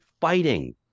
fighting